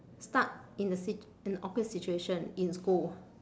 stuck in a sit~ in a awkward situation in school